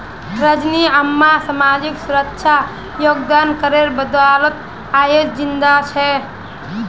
रजनी अम्मा सामाजिक सुरक्षा योगदान करेर बदौलत आइज जिंदा छ